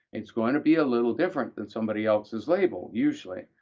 it's going to be a little different than somebody else's label usually,